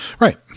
Right